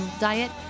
diet